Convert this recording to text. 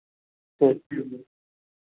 ठीक छै